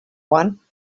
one